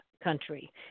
country